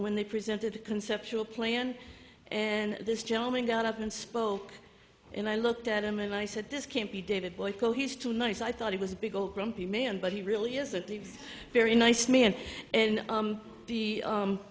when they presented conceptual plan and this gentleman got up and spoke and i looked at him and i said this can't be david boyko he's too nice i thought he was a big old grumpy man but he really is a very nice man and